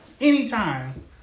anytime